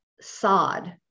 sod